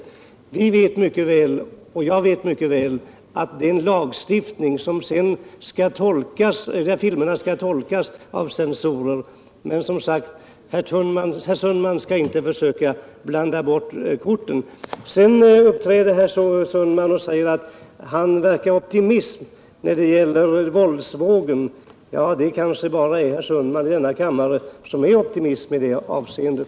Jag vet mycket väl att vi har en lagstiftning om att filmerna skall bedömas av censorer. Men, som sagt, herr Sundman skall inte försöka blanda bort korten. Sedan säger herr Sundman att han är optimist när det gäller våldsfilmen. Det kanske bara är herr Sundman i denna kammare som är optimist i det avseendet.